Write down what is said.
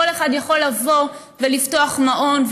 כל אחד יכול לבוא ולפתוח מעון,